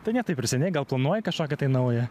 tai ne taip ir seniai gal planuoji kažkokį tai naują